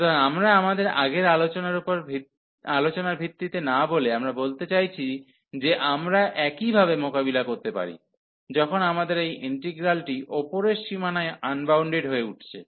সুতরাং আমরা আমাদের আগের আলোচনার ভিত্তিতে না বলে আমরা বলতে চাইছি যে আমরা একইভাবে মোকাবিলা করতে পারি যখন আমাদের এই ইন্টিগ্রালটি উপরের সীমানায় আনবাউন্ডেড হয়ে উঠছে